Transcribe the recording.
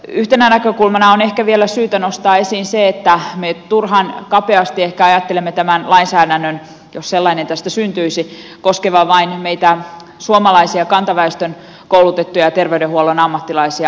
yhtenä näkökulmana on ehkä vielä syytä nostaa esiin se että me turhan kapeasti ehkä ajattelemme tämän lainsäädännön jos sellainen tästä syntyisi koskevan vain meitä suomalaisia kantaväestön koulutettuja terveydenhuollon ammattilaisia